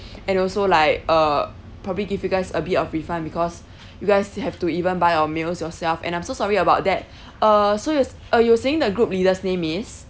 and also like uh probably give you guys a bit of refund because you guys still have to even buy your meals yourself and I'm so sorry about that uh so you uh you were saying the group leader's name is